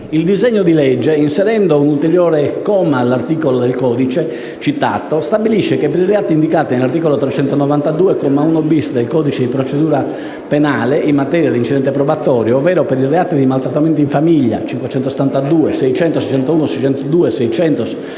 Il disegno di legge, inserendo un ulteriore comma all'articolo del Codice, stabilisce che per i reati indicati dall'articolo 392, comma 1-*bis* del codice di procedura penale (in materia di incidente probatorio) - ovvero per i reati di maltrattamenti in famiglia (articolo 572 del